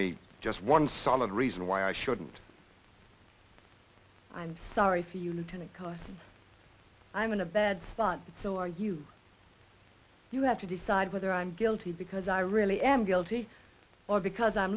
me just one solid reason why i shouldn't i'm sorry for you lieutenant because i'm in a bad spot but so are you you have to decide whether i'm guilty because i really am guilty or because i'm